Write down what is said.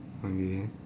okay